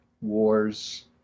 Wars